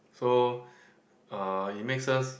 so uh it makes us